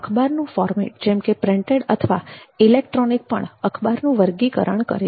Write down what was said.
અખબારનું format જેમકે printed અથવા electronic પણ અખબાર નું વર્ગીકરણ કરે છે